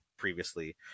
Previously